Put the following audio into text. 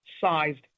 sized